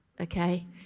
Okay